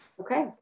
Okay